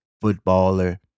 footballer